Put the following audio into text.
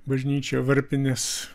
bažnyčia varpinės